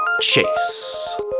Chase